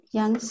yang